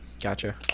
Gotcha